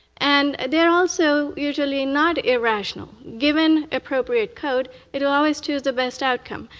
and they're also usually not irrational. given appropriate code, it will always choose the best outcome,